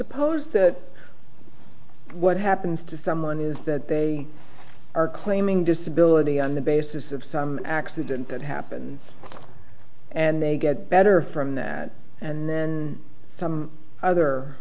suppose that what happens to someone is that they are claiming disability on the basis of some accident that happened and they get better from that and then some other